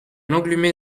lenglumé